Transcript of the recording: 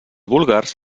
búlgars